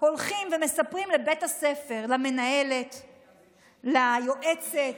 הולכים ומספרים לבית הספר, למנהלת, ליועצת,